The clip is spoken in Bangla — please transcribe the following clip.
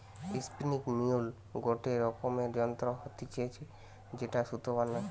স্পিনিং মিউল গটে রকমের যন্ত্র হতিছে যেটায় সুতা বানায়